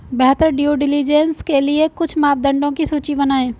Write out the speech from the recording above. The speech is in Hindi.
बेहतर ड्यू डिलिजेंस के लिए कुछ मापदंडों की सूची बनाएं?